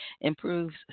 improves